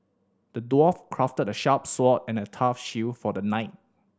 the dwarf crafted a sharp sword and a tough shield for the knight